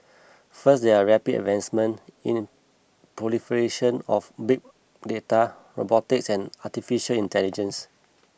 first there are rapid advancement in proliferation of big data robotics and Artificial Intelligence